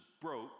broke